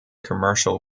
commercial